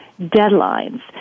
deadlines